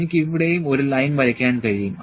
എനിക്ക് ഇവിടെയും ഒരു ലൈൻ വരയ്ക്കാൻ കഴിയും